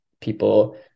people